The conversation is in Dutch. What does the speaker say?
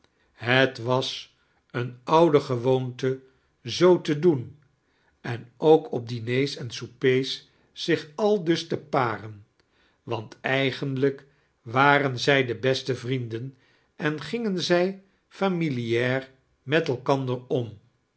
het was eene oud gewoonte zoo te doen en ook op diners en soupers zioh aldiis te paren want eigenlijk waren zij de besite vrienden en giingen zij familiaar met elkander